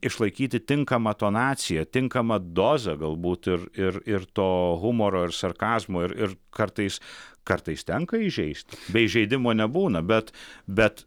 išlaikyti tinkamą tonaciją tinkamą dozę galbūt ir ir ir to humoro ir sarkazmo ir ir kartais kartais tenka įžeisti be įžeidimo nebūna bet bet